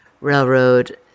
Railroad